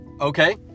okay